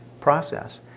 process